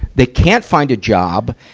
they can't find a job,